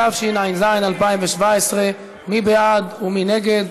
התשע"ז 2017. מי בעד ומי נגד?